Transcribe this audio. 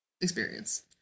experience